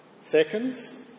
Seconds